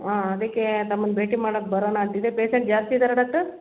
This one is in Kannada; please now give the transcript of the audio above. ಹಾಂ ಅದಕ್ಕೆ ತಮ್ಮನ್ನು ಭೇಟಿ ಮಾಡಕ್ಕೆ ಬರಣ ಅಂತಿದ್ದೆ ಪೆಶಂಟ್ ಜಾಸ್ತಿ ಇದ್ದಾರಾ ಡಾಕ್ಟರ್